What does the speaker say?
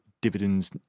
dividends